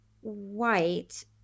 White